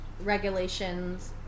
regulations